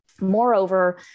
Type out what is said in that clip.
Moreover